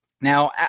Now